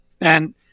And-